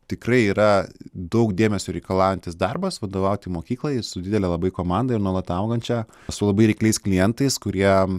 tikrai yra daug dėmesio reikalaujantis darbas vadovauti mokyklai su didele labai komanda ir nuolat augančia su labai reikliais klientais kurie